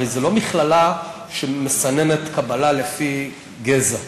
הרי זאת לא מכללה שמסננת קבלה לפי גזע,